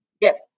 Yes